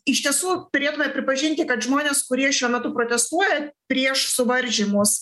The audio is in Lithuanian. iš tiesų turėtume pripažinti kad žmonės kurie šiuo metu protestuoja prieš suvaržymus